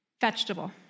Vegetable